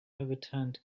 overturned